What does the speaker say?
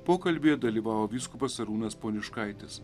pokalbyje dalyvavo vyskupas arūnas poniškaitis